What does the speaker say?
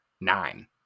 nine